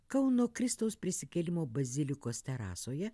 kauno kristaus prisikėlimo bazilikos terasoje